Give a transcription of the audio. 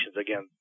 again